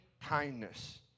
kindness